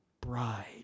bride